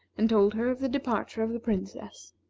and told her of the departure of the princess.